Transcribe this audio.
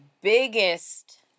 biggest